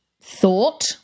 thought